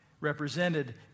represented